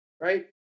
right